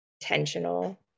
intentional